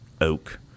oak